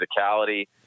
physicality